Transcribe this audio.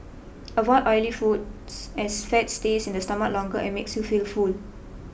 avoid oily foods as fat stays in the stomach longer and makes you feel full